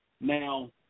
Now